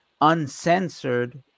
uncensored